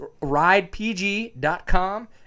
ridepg.com